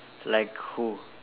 like who